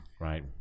right